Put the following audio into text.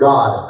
God